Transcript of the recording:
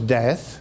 death